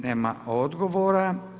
Nema odgovora.